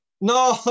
No